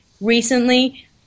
recently